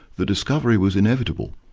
the discovery was inevitable.